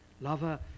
Lover